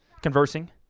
conversing